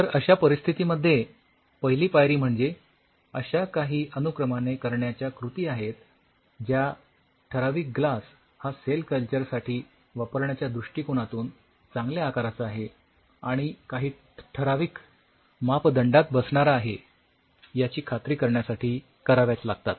तर अश्या परिस्थितीमध्ये पहिली पायरी म्हणजे अश्या काही अनुक्रमाने करण्याच्या कृती आहेत ज्या ठराविक ग्लास हा सेल कल्चरसाठी वापरण्याच्या दृष्टिकोनातून चांगल्या आकाराचा आहे आणि काही ठराविक मापदंडात बसणारा आहे याची खात्री करण्यासाठी कराव्याच लागतात